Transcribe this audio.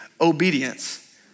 obedience